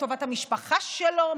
לטובת המשפחה שלו,